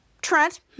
Trent